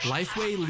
LifeWay